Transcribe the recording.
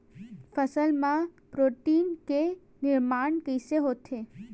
फसल मा प्रोटीन के निर्माण कइसे होथे?